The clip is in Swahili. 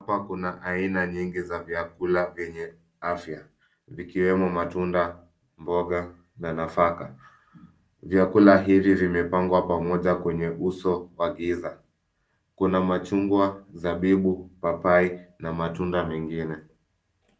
Hapa kuna aina nyingi za vyakula vyenye afya, vikiwemo matunda, mboga na nafaka. Vyakula hivi vimepangwa pamoja kwenye uso giza. Kuna machugua, zabibu, papai na matunda mengine.